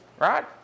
Right